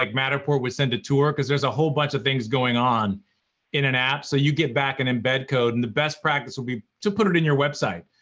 like matterport with send a tour? because there's a whole bunch of things going on in an app, so you get back an embed code, and the best practice will be to put it in your website.